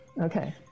Okay